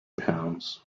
pounds